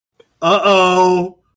Uh-oh